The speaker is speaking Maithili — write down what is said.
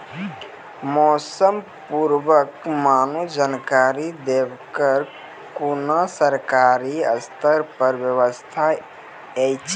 मौसम पूर्वानुमान जानकरी देवाक कुनू सरकारी स्तर पर व्यवस्था ऐछि?